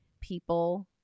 people